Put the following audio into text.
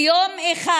ביום אחד